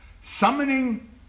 summoning